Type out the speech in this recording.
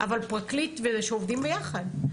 אבל פרקליט ושוטר שעובדים ביחד.